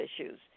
issues